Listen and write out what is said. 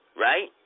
Right